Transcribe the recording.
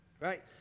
Right